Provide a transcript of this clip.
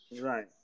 Right